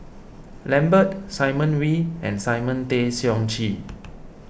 Lambert Simon Wee and Simon Tay Seong Chee